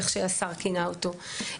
כפי שהשר כינה אותו,